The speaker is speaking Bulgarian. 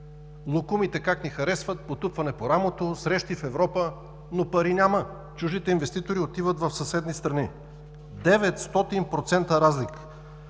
Локумите – как ни харесват, потупване по рамото, срещи в Европа, но пари няма. Чуждите инвеститори отиват в съседни страни – 900% разлика!